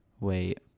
Wait